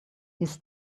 his